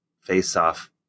face-off